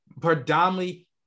predominantly